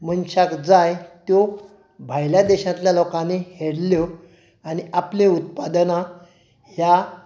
मनशाक जाय त्यो भायल्या देशांतल्या लोकांनी हेरल्यो आनी आपलीं उत्पादनां ह्या